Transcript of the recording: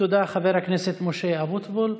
חבר הכנסת משה אבוטבול.